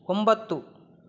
ಒಂಬತ್ತು